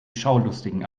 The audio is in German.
schaulustigen